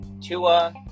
tua